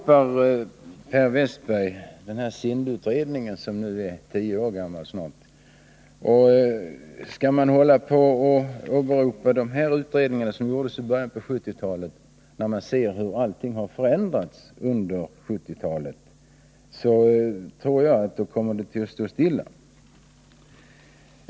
Per Westerberg åberopar SIND-utredningen, som snart är tio år gammal. Skall man åberopa dessa utredningar som gjordes i början av 1970-talet, när man ser hur allting har förändrats under 1970-talet, så tror jag att utvecklingen på detta område kommer att stå stilla.